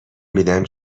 میدم